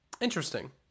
Interesting